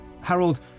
Harold